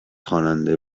خواننده